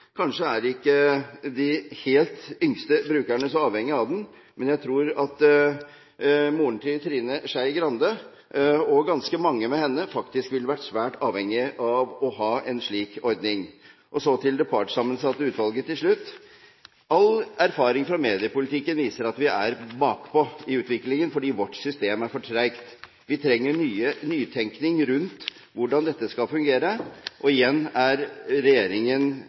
Kanskje er ikke de helt yngste brukerne så avhengige av den. Men jeg tror at moren til Trine Skei Grande og ganske mange med henne faktisk ville vært svært avhengige av å ha en slik ordning. Så til slutt til det partssammensatte utvalget: All erfaring fra mediepolitikken viser at vi er bakpå i utviklingen fordi vårt system er for tregt. Vi trenger nytenkning rundt hvordan dette skal fungere, og igjen er regjeringen